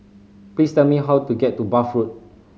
please tell me how to get to Bath Road